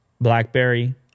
BlackBerry